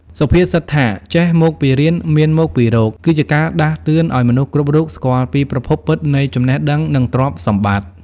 សុភាសិតថា «ចេះមកពីរៀន មានមកពីរក» គឺជាការដាស់តឿនឱ្យមនុស្សគ្រប់រូបស្គាល់ពីប្រភពពិតនៃចំណេះដឹង និងទ្រព្យសម្បត្តិ។